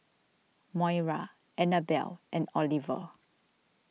Moira Annabel and Oliver